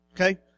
Okay